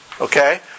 Okay